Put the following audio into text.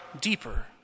Deeper